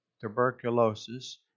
tuberculosis